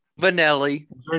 Vanelli